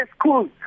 school